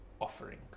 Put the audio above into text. Offering